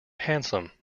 handsome